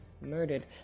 murdered